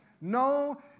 no